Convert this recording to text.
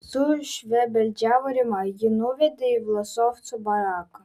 sušvebeldžiavo rima jį nuvedė į vlasovcų baraką